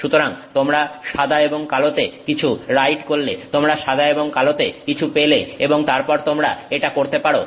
সুতরাং তোমরা সাদা এবং কালোতে কিছু রাইট করলে তোমরা সাদা এবং কালোতে কিছু পেলে এবং তারপর তোমরা এটা করতে পারো